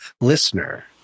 listener